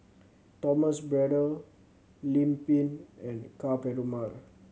Thomas Braddell Lim Pin and Ka Perumal